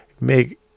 make